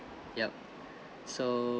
yup so